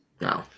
No